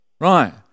Right